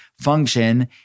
function